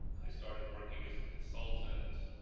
i started working as a consultant,